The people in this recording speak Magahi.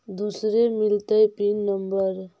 दुसरे मिलतै पिन नम्बर?